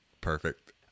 perfect